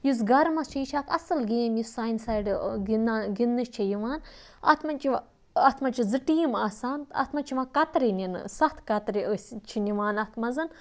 یُس گرمس چھِ یہِ چھِ اکھ اصٕل گیم یُس سانہِ سایڈٕ گِنا گِنٛدنہٕ چھُ یِوان اَتھ منٛز چھِ یِوان اَتھ منٛز چھِ زٕ ٹیٖم آسان اَتھ منٛز چھِ یِوان کترِ نِنہٕ سَتھ کترِ أسۍ چھِ نِوان اَتھ منٛز